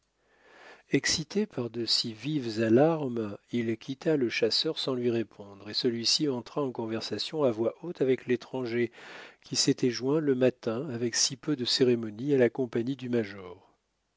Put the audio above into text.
excité par de si vives alarmes il quitta le chasseur sans lui répondre et celui-ci entra en conversation à voix haute avec l'étranger qui s'était joint le matin avec si peu de cérémonie à la compagnie du major